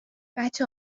بچه